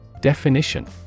Definition